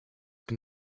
can